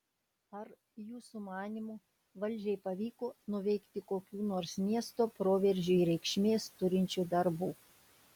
ar jūsų manymu valdžiai pavyko nuveikti kokių nors miesto proveržiui reikšmės turinčių darbų